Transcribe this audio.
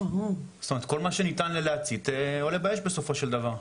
זאת אומרת כל מה שניתן להצית עולה באש בסופו של דבר,